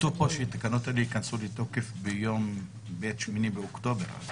כתוב פה שהתקנות האלה יכנסו לתוקף ב-8 לאוקטובר.